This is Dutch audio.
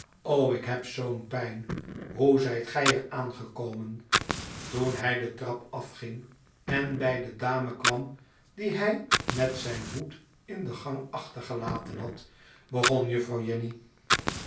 o ik heb zoo'npijn hoe zijt gij er aan gekomen toen hij de trap afging en bij de dame kwam die hij met zijn hoed in de gang achtergelaten had begon juffrouw jenny